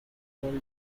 old